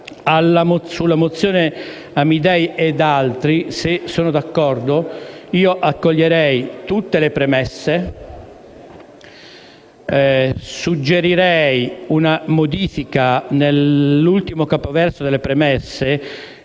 senatori, se i presentatori sono d'accordo, accoglierei tutte le premesse; suggerirei una modifica nell'ultimo capoverso delle premesse,